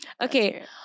Okay